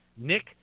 Nick